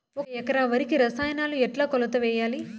ఒక ఎకరా వరికి రసాయనాలు ఎట్లా కొలత వేయాలి?